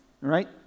right